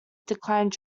declined